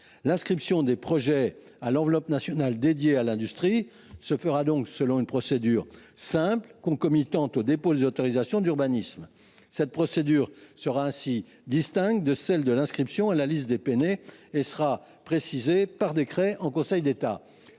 L’inscription des projets dans l’enveloppe nationale dédiée à l’industrie se fera donc selon une procédure simple, concomitante aux dépôts des autorisations d’urbanisme. Cette procédure, distincte de celle de l’inscription sur la liste des Pene, sera précisée par décret en Conseil d’État.